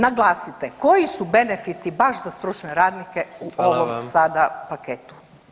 Naglasite koji su benefiti baš za stručne radnike u ovom sada [[Upadica: Hvala vam.]] paketu.